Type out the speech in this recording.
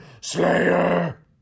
Slayer